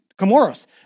Comoros